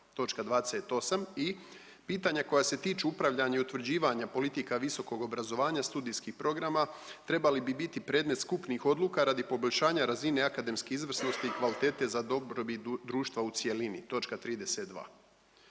I pitanja koja se tiču upravljanja i utvrđivanja politika visokog obrazovanja studijskih programa trebali bi biti predmet skupnih odluka radi poboljšanja razine akademskih izvrsnosti i kvalitete za dobrobit društva u cjelini,